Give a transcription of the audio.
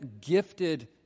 gifted